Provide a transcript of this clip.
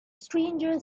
stranger